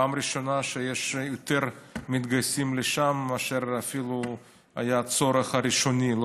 פעם ראשונה שמתגייסים לשם אפילו יותר מאשר היה הצורך הראשוני.